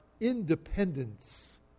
independence